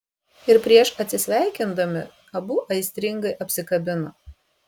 ir prieš atsisveikindami abu aistringai apsikabina